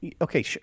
Okay